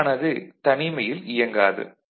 gate ஆனது தனிமையில் இயங்காது